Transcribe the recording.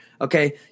okay